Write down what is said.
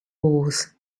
wars